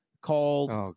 called